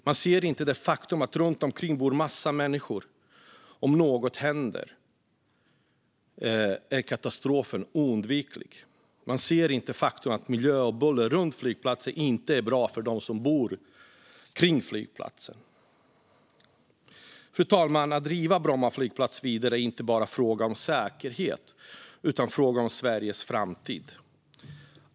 Man ser inte det faktum att det bor massor av människor runt omkring Bromma flygplats och att katastrofen är oundviklig om något händer. Man ser inte faktumet att miljö och buller runt flygplatsen inte är bra för dem som bor omkring flygplatsen. Fru talman! Att driva Bromma flygplats vidare är inte bara en fråga om säkerhet utan också en fråga om Sveriges framtid.